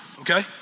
Okay